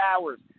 hours